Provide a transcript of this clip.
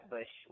Bush